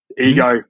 Ego